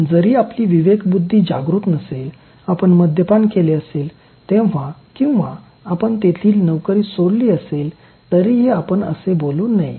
जरी आपली विवेकबुद्धी जागृत नसेल आपण मद्यपान केले असेल तेव्हा किंवा आपण तेथील नोकरी सोडली असेल तरीही आपण असे बोलू नये